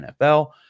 NFL